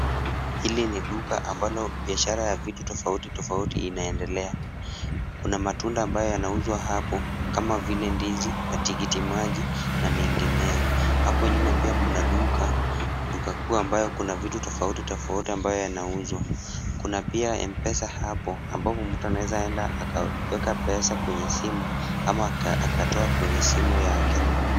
Hili ni duka ambalo biashara ya vitu tofauti tofauti inaendelea. Kuna matunda ambayo yanauzwa hapo, kama vile ndizi na tikitimaji, na mengineo. Hapo nyuma pia kuna duka, duka kuu ambayo kuna vitu tofauti tofauti ambayo yanauzwa. Kuna pia M-Pesa hapo, ambapo mtu anaweza aenda akaweka pesa kwenye simu ama akatoa kwenye simu yake.